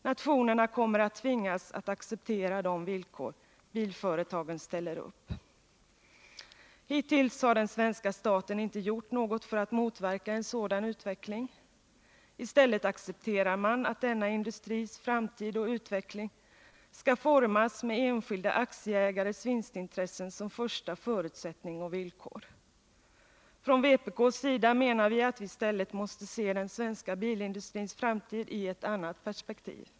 Nationerna kommer att tvingas att acceptera de villkor bilföretagen ställer upp. Hittills har den svenska staten inte gjort något för att motverka en sådan utveckling. I stället accepterar man att denna industris framtid och utveckling skall formas med enskilda aktieägares vinstintressen som första förutsättning och villkor. Från vpk:s sida menar vi att man i stället måste se den svenska bilindustrins framtid i ett annat perspektiv.